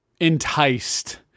enticed